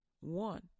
One